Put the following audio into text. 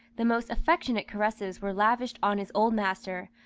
the most affectionate caresses were lavished on his old master,